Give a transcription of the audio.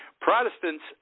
Protestants